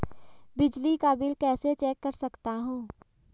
बिजली का बिल कैसे चेक कर सकता हूँ?